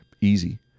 Easy